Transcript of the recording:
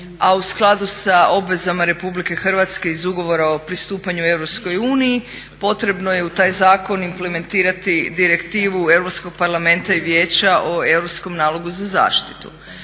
a u skladu sa obvezama RH iz Ugovora o pristupanju EU potrebno je u taj zakon implementirati Direktivu Europskog parlamenta